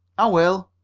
i will.